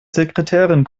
sekretärin